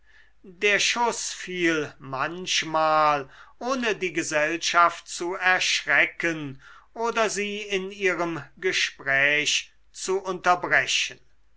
der schuß fiel manchmal ohne die gesellschaft zu erschrecken oder sie in ihrem gespräch zu unterbrechen